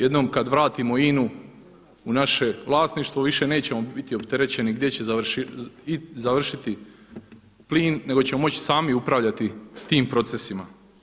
Jednom kad vratimo INA-u u naše vlasništvo više nećemo biti opterećeni gdje će završiti plin, nego ćemo moći sami upravljati s tim procesima.